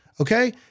Okay